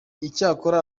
icyakora